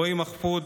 רועי מחפוד,